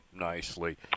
nicely